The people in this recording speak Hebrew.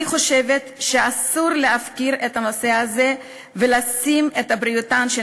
אני חושבת שאסור להפקיר את הנושא הזה ולשים את בריאותן של